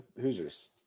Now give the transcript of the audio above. Hoosiers